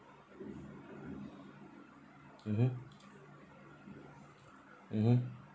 mmhmm mmhmm